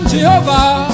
Jehovah